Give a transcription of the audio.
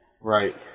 Right